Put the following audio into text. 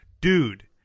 Dude